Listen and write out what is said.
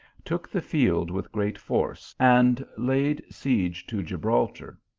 took the field with great force, and laid siege to gibraltar.